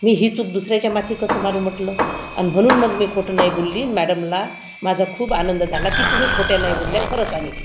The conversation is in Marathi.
मी ही चूक दुसऱ्याच्या माथी कसं मारू म्हटलं आणि म्हणून मग मी खोटं नाही बोलली मॅडमला माझा खूप आनंद झाला की तुम्ही खोट्या नाही बोलल्या खरं सांगितलं म्हणे